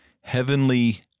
heavenly